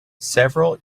several